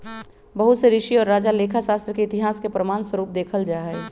बहुत से ऋषि और राजा लेखा शास्त्र के इतिहास के प्रमाण स्वरूप देखल जाहई